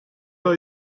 are